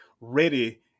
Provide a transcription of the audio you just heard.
ready